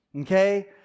Okay